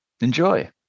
Enjoy